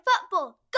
football